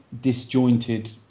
disjointed